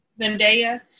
Zendaya